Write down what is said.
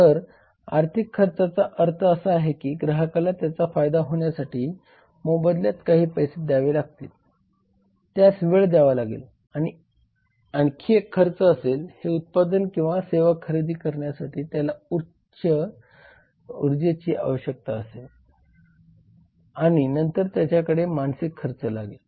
तर आर्थिक खर्चाचा अर्थ असा आहे की ग्राहकाला त्याचा फायदा होण्यासाठी मोबदल्यात काही पैसे द्यावे लागतील त्यास वेळ द्यावा लागेल हा आणखी एक खर्च असेल हे उत्पादन किंवा सेवा खरेदी करण्यासाठी त्याला उर्जेची आवश्यकता आहे आणि नंतर त्याच्याकडे मानसिक खर्च लागेल